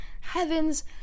Heavens